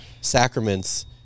sacraments